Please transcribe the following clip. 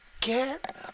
get